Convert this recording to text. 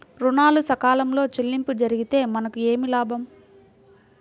ఋణాలు సకాలంలో చెల్లింపు జరిగితే మనకు ఏమి లాభం?